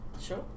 Sure